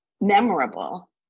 memorable